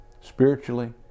spiritually